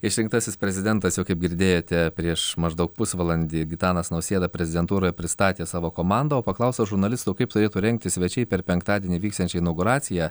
išrinktasis prezidentas jau kaip girdėjote prieš maždaug pusvalandį gitanas nausėda prezidentūroje pristatė savo komandą o paklaustas žurnalistų kaip turėtų rengtis svečiai per penktadienį vyksiančią inauguraciją